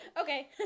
Okay